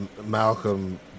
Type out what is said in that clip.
Malcolm